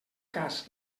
cas